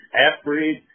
half-breed